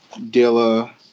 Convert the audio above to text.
Dilla